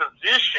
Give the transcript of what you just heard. position